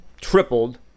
tripled